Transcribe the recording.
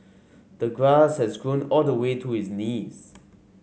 the grass had grown all the way to his knees